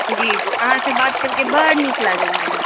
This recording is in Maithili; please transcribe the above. जी जी अहाँसँ बात करके बड्ड नीक लागल मैडम